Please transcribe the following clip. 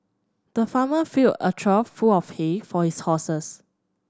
the farmer filled a trough full of hay for his horses